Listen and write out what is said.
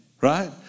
Right